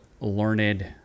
learned